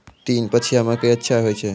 तीन पछिया मकई अच्छा होय छै?